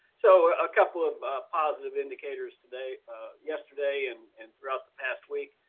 so a ah couple of positive indicators today yesterday and and throughout the past week,